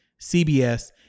CBS